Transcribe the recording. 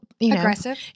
aggressive